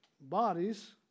bodies